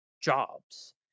jobs